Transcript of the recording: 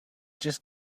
just